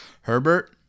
Herbert